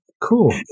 Cool